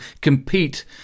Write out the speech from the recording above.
compete